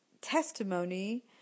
testimony